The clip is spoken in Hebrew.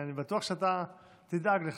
אני בטוח שאתה תדאג לכך.